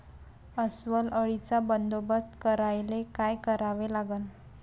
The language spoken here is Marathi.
अस्वल अळीचा बंदोबस्त करायले काय करावे लागन?